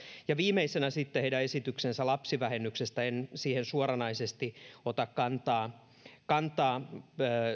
ja viimeisenä sitten heidän esityksensä lapsivähennyksestä en siihen suoranaisesti ota kantaa kantaa